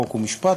חוק ומשפט,